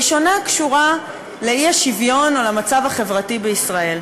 הראשונה קשורה לאי-שוויון או למצב החברתי בישראל.